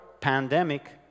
Pandemic